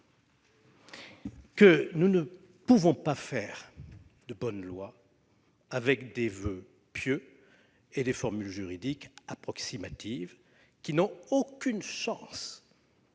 que nous ne pouvons pas faire de bonnes lois avec des voeux pieux et des formules juridiques approximatives, qui n'ont aucune chance